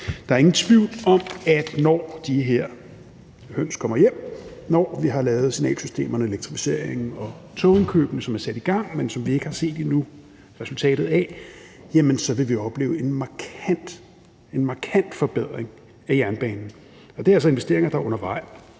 Der er ingen tvivl om, at når de her høns kommer hjem – når vi har lavet signalsystemerne, elektrificeringen og togindkøbene, som er sat i gang, men som vi ikke har set resultatet af endnu – så vil vi opleve en markant forbedring af jernbanen. Det er altså investeringer, der er undervejs.